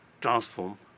transform